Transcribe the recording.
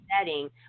setting